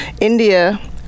India